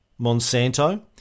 Monsanto